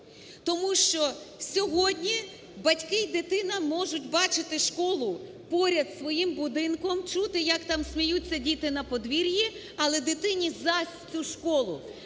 Тому що сьогодні батьки і дитина можуть бачити школу поряд зі своїм будинком, чути, як там сміються діти на подвір'ї, але дитині зась цю школу,